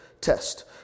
test